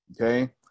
okay